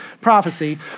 prophecy